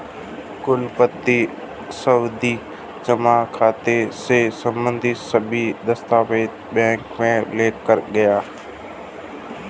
कुलदीप सावधि जमा खाता से संबंधित सभी दस्तावेज बैंक में लेकर गया